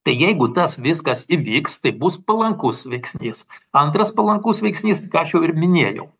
tai jeigu tas viskas įvyks tai bus palankus veiksnys antras palankus veiksnys ką aš jau ir minėjau